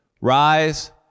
Rise